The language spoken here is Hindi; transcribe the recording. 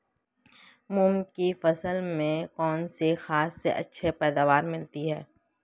मूंग की फसल में कौनसी खाद से अच्छी पैदावार मिलती है?